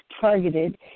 targeted